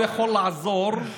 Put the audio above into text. הוא אמר, הוא יכול לעזור,